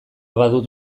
badut